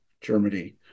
Germany